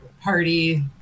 party